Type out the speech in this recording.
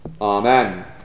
Amen